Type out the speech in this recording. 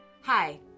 Hi